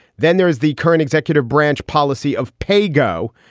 then there is the current executive branch policy of paygo,